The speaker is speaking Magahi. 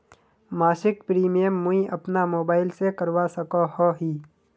मासिक प्रीमियम मुई अपना मोबाईल से करवा सकोहो ही?